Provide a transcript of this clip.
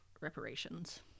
reparations